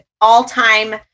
all-time